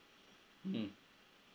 mm